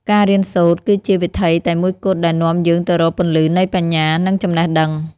ការរៀនសូត្រគឺជាវិថីតែមួយគត់ដែលនាំយើងទៅរកពន្លឺនៃបញ្ញា និងចំណេះដឹង។